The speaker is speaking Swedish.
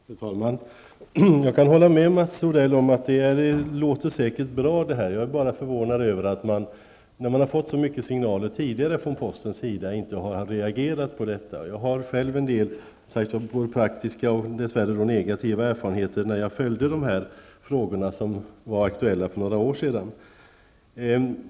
Fru talman! Jag kan hålla med Mats Odell om att det här låter bra. Jag är bara förvånad över att man inte har reagerat på alla de signaler som posten tidigare har avgivit. Jag har själv en del både praktiska och, dess värre, negativa erfarenheter från den tid då jag följde de frågor som var aktuella för några år sedan.